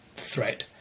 threat